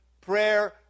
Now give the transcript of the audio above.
prayer